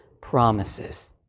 promises